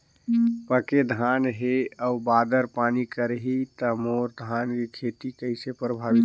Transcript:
पके धान हे अउ बादर पानी करही त मोर धान के खेती कइसे प्रभावित होही?